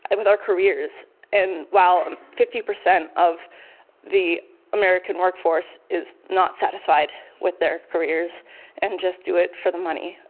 and with our careers and while fifty percent of the american work force is not satisfied with their careers and just do it for the money.